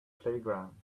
playground